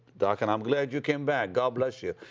doc, and i'm glad you came back. god bless you.